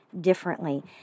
differently